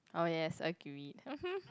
oh yes agreed mmhmm